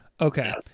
Okay